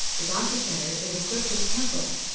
the docucenter is equipped with templates,